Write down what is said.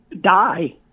die